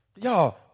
Y'all